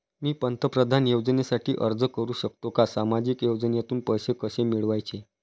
मी पंतप्रधान योजनेसाठी अर्ज करु शकतो का? सामाजिक योजनेतून पैसे कसे मिळवायचे